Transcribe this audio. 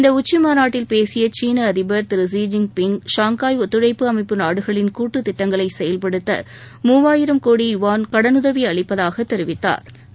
இந்த உச்சி மாநாட்டில் பேசிய சீன அதிபர் திரு ஜிய் பிய் ஷாங்காய் ஒத்துழைப்பு அமைப்பு நாடுகளின் கூட்டு திட்டங்களை செயல்படுத்த மூவாயிரம் கோடி யுவான் கடனுதவி அளிப்பதாக தெரிவித்தாா்